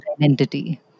identity